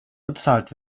bezahlt